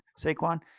Saquon